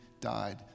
died